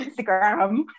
Instagram